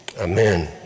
Amen